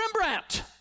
Rembrandt